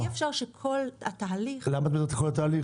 אבל אי אפשר שכל התהליך --- למה את מדברת על כל התהליך?